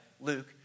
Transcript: Luke